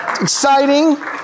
Exciting